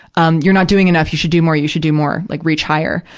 um, you're not doing enough, you should do more. you should do more. like, reach higher.